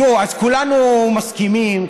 תראו, כולנו מסכימים,